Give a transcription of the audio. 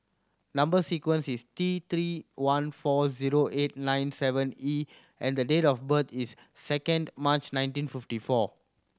number sequence is T Three one four zero eight nine seven E and the date of birth is second March nineteen fifty four